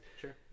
sure